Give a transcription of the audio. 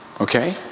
okay